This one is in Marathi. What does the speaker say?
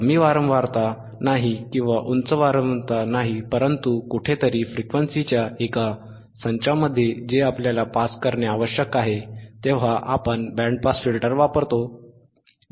कमी वारंवारता नाही किंवा उच्च वारंवारता नाही परंतु कुठेतरी फ्रिक्वेन्सीच्या एका संचामध्ये जे आपल्याला पास करणे आवश्यक आहे तेव्हा आपण बँड पास फिल्टर वापरतो